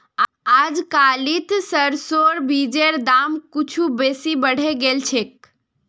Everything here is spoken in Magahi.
अजकालित सरसोर बीजेर दाम कुछू बेसी बढ़े गेल छेक